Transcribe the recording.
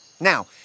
Now